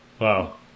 Wow